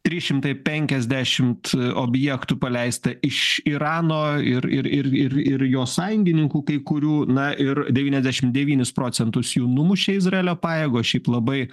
trys šimtai penkiasdešimt objektų paleista iš irano ir ir ir ir ir jo sąjungininkų kai kurių na ir devyniasdešim devynis procentus jų numušė izraelio pajėgos šiaip labai